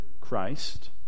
Christ